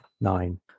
nine